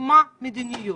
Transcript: מה המדיניות.